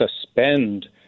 suspend